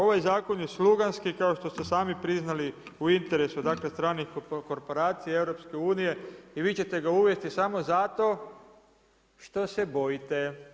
Ovaj zakon je sluganski, kao što ste sami priznali u interesu, dakle stranih korporacija i EU, i vi ćete ga uvesti samo zato, što se bojite.